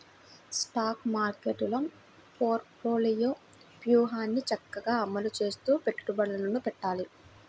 stock మార్కెట్టులో portfolio వ్యూహాన్ని చక్కగా అమలు చేస్తూ పెట్టుబడులను పెట్టాలి